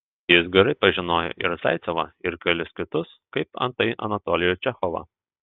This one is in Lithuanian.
jis gerai pažinojo ir zaicevą ir kelis kitus kaip antai anatolijų čechovą